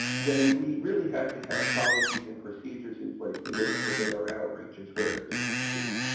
then we really have to have policies and procedures in place to make sure that our outreach is where it needs to be.